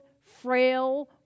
frail